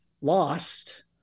lost